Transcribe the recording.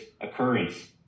occurrence